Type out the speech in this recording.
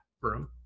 room